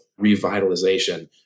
revitalization